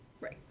Right